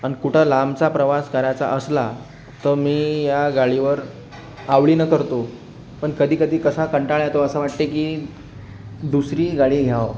आणि कुठं लांबचा प्रवास करायचा असला तर मी या गाडीवर आवडीनं करतो पण कधी कधी कसा कंटाळा येतो असं वाटतं की दुसरी गाडी घ्यावं